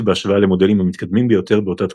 בהשוואה למודלים המתקדמים ביותר באותה תקופה,